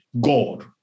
God